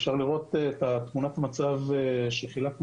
אפשר לראות את תמונת המצב של מה שחילקנו